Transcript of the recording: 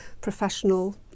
professional